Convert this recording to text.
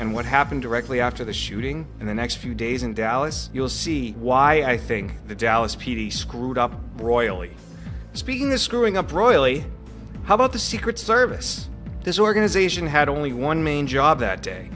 and what happened directly after the shooting and the next few days in dallas you'll see why i think the dallas p d screwed up royally speaking the screwing up royally how about the secret service this organization had only one main job that day